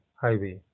highway